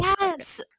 Yes